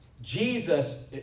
Jesus